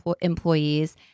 employees